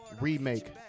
remake